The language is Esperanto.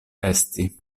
esti